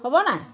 হ'ব নাই